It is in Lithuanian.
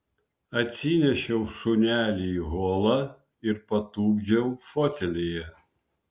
atsinešiau šunelį į holą ir patupdžiau fotelyje